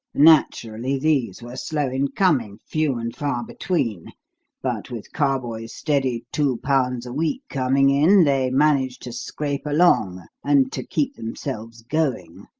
naturally, these were slow in coming, few and far between but with carboys' steady two pounds a week coming in, they managed to scrape along and to keep themselves going.